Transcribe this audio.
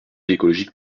écologique